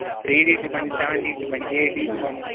three D تہِ بَنہِ seven D تہِ بَنہِ ایٹ ڈی تہِ بَنہِ